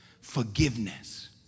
forgiveness